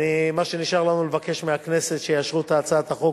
ומה שנשאר לנו הוא לבקש מחברי הכנסת שיאשרו את הצעת החוק